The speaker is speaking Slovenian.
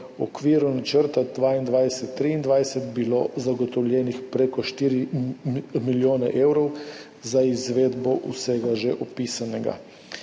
okviru načrta 2022–2023 zagotovljeno prek 4 milijone evrov za izvedbo vsega že opisanega.